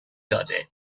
داده